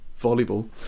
volleyball